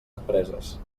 empreses